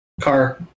car